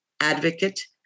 advocate